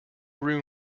room